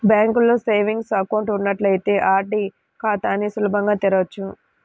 బ్యాంకులో savings account ఉన్నట్లయితే RD ఖాతాని సులభంగా తెరవచ్చు